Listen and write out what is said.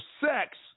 sex